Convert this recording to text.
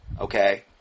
okay